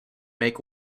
make